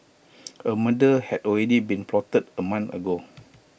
A murder had already been plotted A month ago